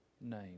name